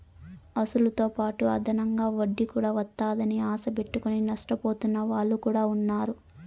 అసలుతోపాటు అదనంగా వడ్డీ కూడా వత్తాదని ఆశ పెట్టుకుని నష్టపోతున్న వాళ్ళు కూడా ఉన్నారు